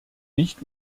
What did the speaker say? nicht